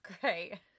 great